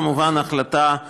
כמובן, ההחלטה היא